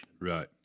Right